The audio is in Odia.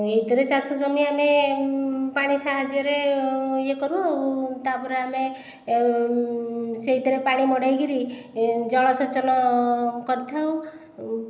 ଏଥିରେ ଚାଷ ଜମି ଆମେ ପାଣି ସାହାଯ୍ୟରେ ଇଏ କରୁ ଆଉ ତା'ପରେ ଆମେ ସେଥିରେ ପାଣି ମଡ଼ାଇକରି ଜଳସେଚନ କରିଥାଉ